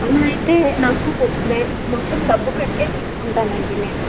అవునా అయితే నాకు మొత్తం డబ్బు కట్టే తీసుకుంటాను అండి నేను